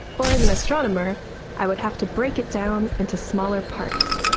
or as an astronomer i would have to break it down into smaller parts.